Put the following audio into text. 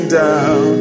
down